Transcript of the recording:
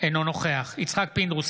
אינו נוכח יצחק פינדרוס,